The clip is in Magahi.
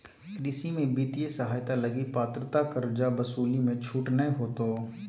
कृषि में वित्तीय सहायता लगी पात्रता कर्जा वसूली मे छूट नय होतो